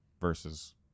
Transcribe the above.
Versus